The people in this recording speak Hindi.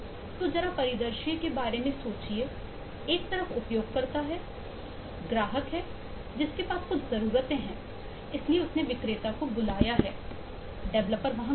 तो जरा परिदृश्य के बारे में सोचिए एक तरफ उपयोगकर्ता है ग्राहक है जिसके पास कुछ जरूरतें हैं इसलिए उसने विक्रेता को बुलाया है डेवलपर वहां गया है